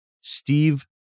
Steve